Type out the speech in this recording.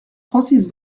francis